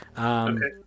Okay